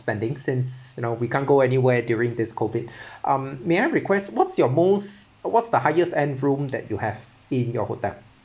spending since you know we can't go anywhere during this COVID um may I request what's your most what's the highest end room that you have in your hotel